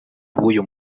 b’uyu